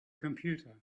computer